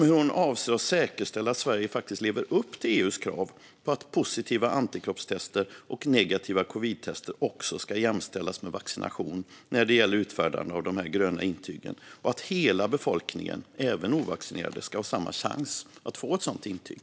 Hur avser hon att säkerställa att Sverige lever upp till EU:s krav på att positiva antikroppstester och negativa covidtester ska jämställas med vaccination vid utfärdande av gröna intyg och att hela befolkningen, även ovaccinerade, ska ha samma chans att få ett sådant intyg?